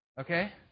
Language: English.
Okay